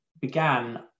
began